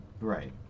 Right